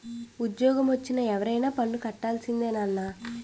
ఉజ్జోగమొచ్చిన ఎవరైనా పన్ను కట్టాల్సిందే నాన్నా